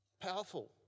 powerful